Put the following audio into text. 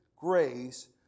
grace